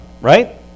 right